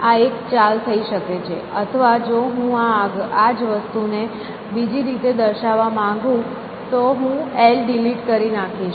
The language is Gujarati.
આ એક ચાલ થઈ શકે છે અથવા જો હું આ જ વસ્તુને બીજી રીતે દર્શાવવા માંગુ તો હું L ડિલીટ કરી નાખીશ